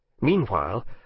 Meanwhile